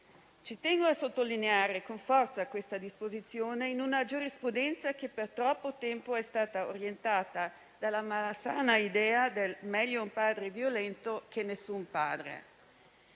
Tengo a sottolineare con forza questa disposizione in una giurisprudenza che per troppo tempo è stata orientata dalla malsana idea che sia meglio un padre violento che nessun padre.